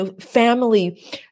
family